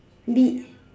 beach